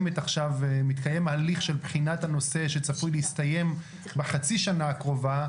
עכשיו הליך של בחינת הנושא שצפוי להסתיים בחצי שנה הקרובה,